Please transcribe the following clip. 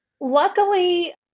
Luckily